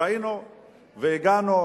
ראינו והגענו.